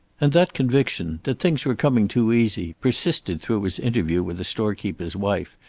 and that conviction, that things were coming too easy, persisted through his interview with the storekeeper's wife,